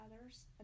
others